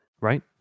Right